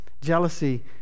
jealousy